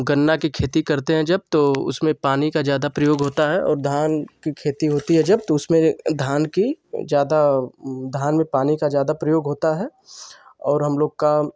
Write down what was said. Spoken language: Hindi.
गन्ना कि खेती करते हैं जब तो उसमें पानी का ज़्यादा प्रयोग होता है और धान कि खेती होती है जब तो उसमें धान कि ज़्यादा धान में पानी का ज़्यादा प्रयोग होता है और हम लोग का